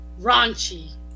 raunchy